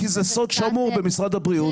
כי זה סוד שמור במשרד הבריאות.